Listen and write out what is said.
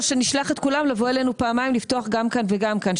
שנשלח את כולם לבוא אלינו פעמיים לפתוח גם כאן וגם כאן,